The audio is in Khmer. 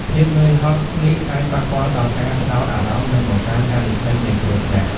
ភាពនឿយហត់នេះអាចប៉ះពាល់ដល់ការផ្ដោតអារម្មណ៍ និងបង្កើនហានិភ័យនៃគ្រោះថ្នាក់។